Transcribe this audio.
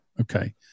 Okay